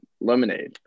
lemonade